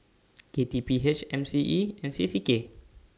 K T P H M C E and C C K